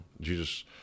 Jesus